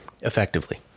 effectively